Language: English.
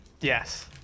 Yes